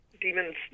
demons